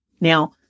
Now